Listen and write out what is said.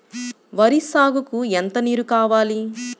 వరి సాగుకు ఎంత నీరు కావాలి?